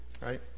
right